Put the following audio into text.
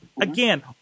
again